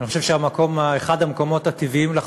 אני חושב שאחד המקומות הטבעיים לך